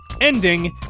ending